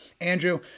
Andrew